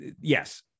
yes